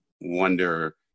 wonder